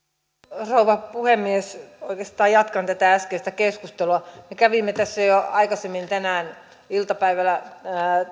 arvoisa rouva puhemies oikeastaan jatkan tätä äskeistä keskustelua me kävimme tässä jo aikaisemmin tänään iltapäivällä